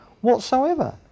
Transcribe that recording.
whatsoever